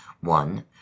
One